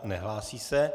Nehlásí se.